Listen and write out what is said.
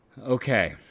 Okay